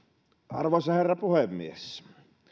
arvoisa herra puhemies